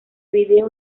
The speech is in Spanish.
vídeo